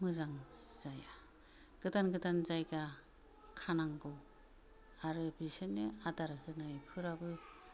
मोजां जाया गोदान गोदान जायगा खानांगौ आरो बिसोरनि आदार होनायफोराबो